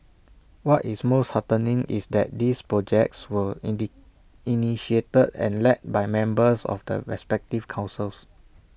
what is most heartening is that these projects were indeed initiated and led by members of the respective councils